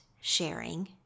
sharing